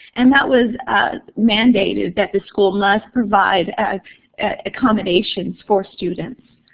and that was mandated that the school must provide ah accommodations for students.